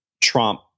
Trump